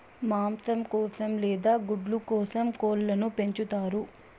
మాంసం కోసం లేదా గుడ్ల కోసం కోళ్ళను పెంచుతారు